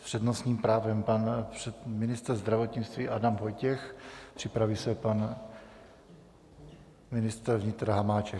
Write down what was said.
S přednostním právem pan ministr zdravotnictví Adam Vojtěch, připraví se pan ministr vnitra Hamáček.